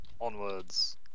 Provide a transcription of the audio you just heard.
Onwards